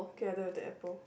okay I don't have the apple